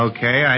Okay